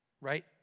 right